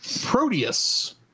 Proteus